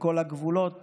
בכל הגבולות